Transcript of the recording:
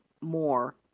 more